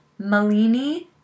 Malini